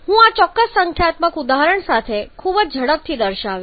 હું આ ચોક્કસ સંખ્યાત્મક ઉદાહરણ સાથે ખૂબ જ ઝડપથી દર્શાવીશ